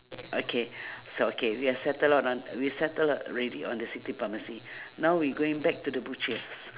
okay so okay we are settled out on we settle ready on the city pharmacy now we going back to the butcher's